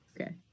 Okay